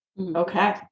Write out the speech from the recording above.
Okay